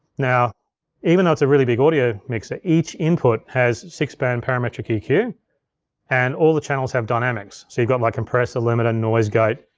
now even though it's a really big audio mixer, each input has six band parametric eq and all the channels have dynamics. so you've got like compressor, limiter, noise gate,